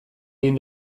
egin